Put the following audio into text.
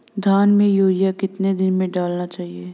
धान में यूरिया कितने दिन में डालना चाहिए?